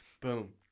Boom